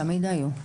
תמיד היו.